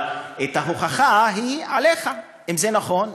אבל ההוכחה היא עליך, אם זה נכון.